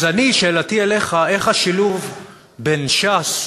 אז שאלתי אליך היא: איך השילוב בין ש"ס,